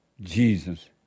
Jesus